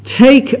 take